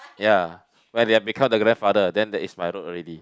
ya when I become the grandfather then is my road already